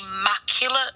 immaculate